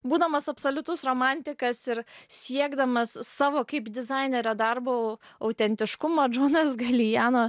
būdamas absoliutus romantikas ir siekdamas savo kaip dizainerio darbo autentiškumo džonas galijano